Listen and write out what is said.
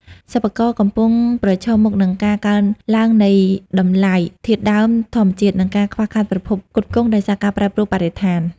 សិប្បករកំពុងប្រឈមមុខនឹងការកើនឡើងនៃតម្លៃវត្ថុធាតុដើមធម្មជាតិ និងការខ្វះខាតប្រភពផ្គត់ផ្គង់ដោយសារការប្រែប្រួលបរិស្ថាន។